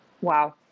Wow